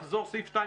לחזור סעיף 2,